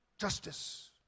justice